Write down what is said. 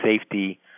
safety